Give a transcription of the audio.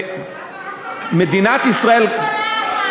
ומדינת ישראל, הוועדה.